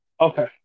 Okay